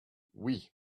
oui